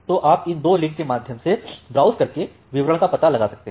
तो आप इन दो लिंक के माध्यम से ब्राउज़ करके विवरण का पता कर सकते हैं